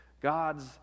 God's